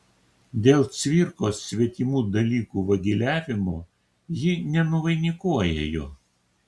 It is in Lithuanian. dėl cvirkos svetimų dalykų vagiliavimo ji nenuvainikuoja jo